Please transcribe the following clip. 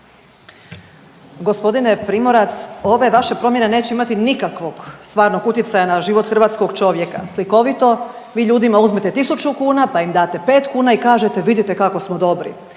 Gospodine Primorac ove vaše promjene neće imati nikakvog stvarnog utjecaja na život hrvatskog čovjeka. Slikovito, vi ljudima uzmete tisuću kuna pa im date pet kuna i kažete vidite kako smo dobri